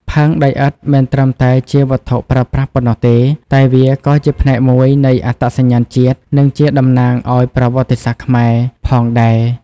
ផើងដីឥដ្ឋមិនត្រឹមតែជាវត្ថុប្រើប្រាស់ប៉ុណ្ណោះទេ តែវាក៏ជាផ្នែកមួយនៃ អត្តសញ្ញាណជាតិ និងជា តំណាងឱ្យប្រវត្តិសាស្ត្រខ្មែរ ផងដែរ។